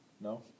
No